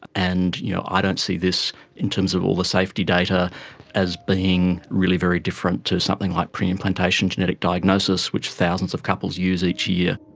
and you know i don't see this in terms of all the safety data as being really very different to something like pre-implantation genetic diagnosis, which thousands of couples use each year.